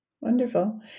Wonderful